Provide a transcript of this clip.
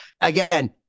again